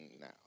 now